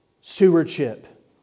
stewardship